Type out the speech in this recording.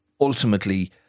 ultimately